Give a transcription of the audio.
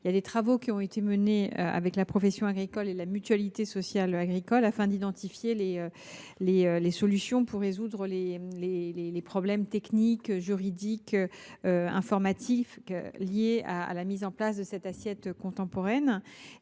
Des travaux ont été menés en lien avec la profession agricole et la Mutualité sociale agricole (MSA), afin d’identifier des solutions pour résoudre les problèmes d’ordre technique, juridique, informatif, liés à la mise en place de cette assiette contemporaine.